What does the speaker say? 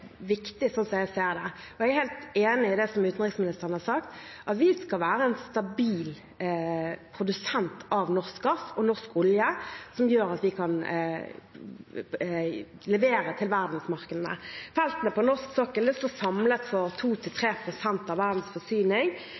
som utenriksministeren har sagt – at vi skal være en stabil produsent av norsk gass og olje, som gjør at vi kan levere til verdensmarkedene. Samlet sett står feltene på norsk sokkel for 2–3 pst. av verdens forsyning